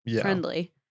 friendly